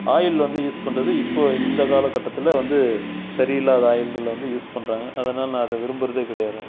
oil வந்து use பண்ணுறது இப்போ இந்த காலகட்டத்தில் வந்து சரியில்லாத ஆயில்களை வந்து யூஸ் பண்ணுறாங்க அதனால் நான் அதை விரும்புறதே கிடையாது